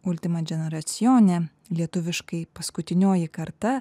ultimačineracijone lietuviškai paskutinioji karta